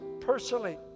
personally